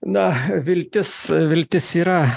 na viltis viltis yra